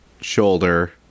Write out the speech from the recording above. shoulder